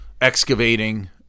excavating